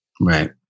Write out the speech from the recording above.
Right